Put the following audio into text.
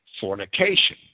fornication